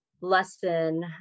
lesson